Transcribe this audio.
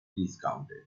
discounted